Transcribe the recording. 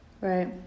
Right